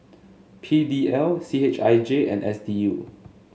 P D L C H I J and S D U